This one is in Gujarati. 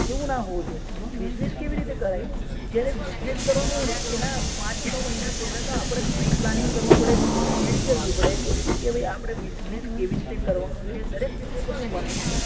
એવું ના હોવું જોઈએ બિઝનેસ કેવી રીતે કરાય જ્યારે બિઝનેસ કરવાનો હોય ને એના પાંચ છ મહિના પહેલાં તો આપણે પ્રી પ્લાનિંગ કરવું પડે પ્રી તૈયારી કરવી પડે કે ભાઈ આપણે બિઝનેસ કેવી રીતે કરવાનો છે દરેક જગ્યા પરથી માહિતી